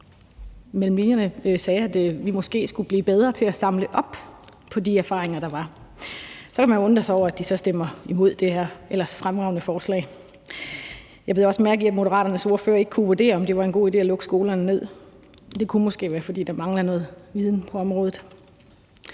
mellem linjerne sagde, at vi måske skulle blive bedre til at samle op på de erfaringer, der var. Så kan man jo undre sig over, at de så stemmer imod det her ellers fremragende forslag. Jeg bed også mærke i, at Moderaternes ordfører ikke kunne vurdere, om det var en god idé at lukke skolerne ned, og det kunne måske være, fordi der mangler noget viden på området.